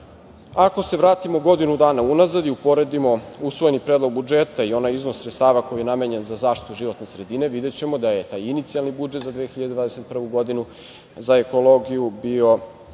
se vratimo godinu dana unazad i uporedimo usvojeni Predlog budžeta i onaj iznos sredstava koji je namenjen za zaštitu životne sredine, videćemo da je taj inicijalni budžet za 2021. godinu za ekologiju bio